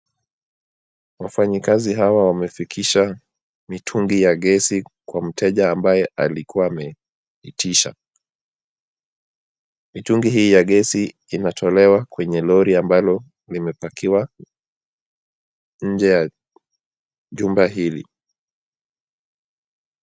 Wafanyikazi hawa wamefikisha mitungi ya gesi kwa mteja ambaye alikuwa ameitisha. Mitungi hii ya gesi imetolewa kwenye lori ambalo limepakiwa nje ya jumba hili.